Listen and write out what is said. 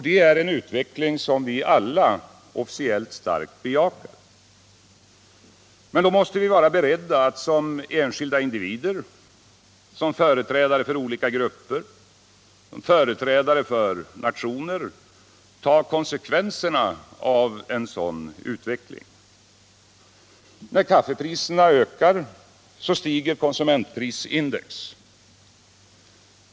Det är en utveckling som vi alla officiellt starkt bejakar. Men då måste vi vara beredda att som enskilda individer eller som företrädare för olika grupper och nationer ta konsekvenserna av en sådan utveckling. När kaffepriserna ökar, stiger konsumentprisindex.